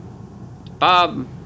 Bob